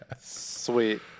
Sweet